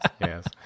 yes